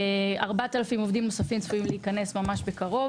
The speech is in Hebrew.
4,000 עובדים נוספים צפויים להיכנס ממש בקרוב